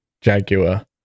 jaguar